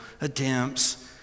attempts